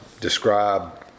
describe